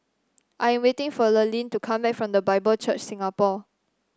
I am waiting for Lurline to come back from The Bible Church Singapore